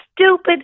Stupid